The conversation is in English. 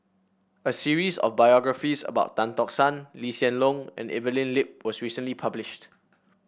a series of biographies about Tan Tock San Lee Hsien Loong and Evelyn Lip was recently published